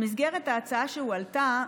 במסגרת ההצעה שהועלתה,